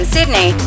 Sydney